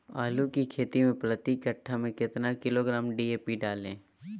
आलू की खेती मे प्रति कट्ठा में कितना किलोग्राम डी.ए.पी डाले?